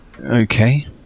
Okay